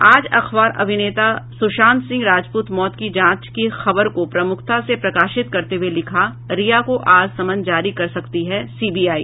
आज अखबार अभिनेता सुशांत सिंह राजपूत मौत की जांच की खबर को प्रमुखता से प्रकाशित करते हुये लिखा है रिया को आज समन जारी कर सकती है सीबीआई